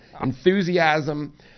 enthusiasm